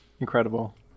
Incredible